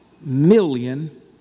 million